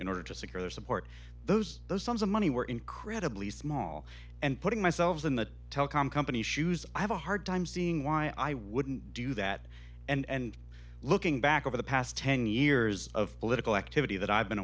in order to secure their support those those sums of money were incredibly small and putting myself in the telecom companies shoes i have a hard time seeing why i wouldn't do that and looking back over the past ten years of political activity that i've been